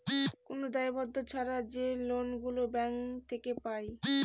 কোন দায়বদ্ধ ছাড়া যে লোন গুলো ব্যাঙ্ক থেকে পায়